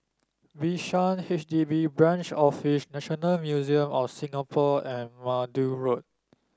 Bishan H D B Branch Office National Museum of Singapore and Maude Road